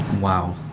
wow